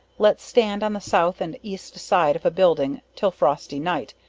let stand on the south and east side of a building till frosty night,